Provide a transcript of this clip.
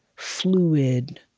fluid,